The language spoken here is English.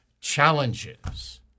challenges